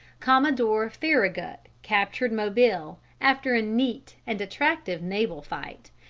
commodore farragut captured mobile, after a neat and attractive naval fight,